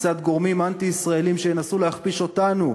מצד גורמים אנטי-ישראליים שינסו להכפיש אותנו.